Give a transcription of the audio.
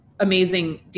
amazing